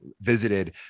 visited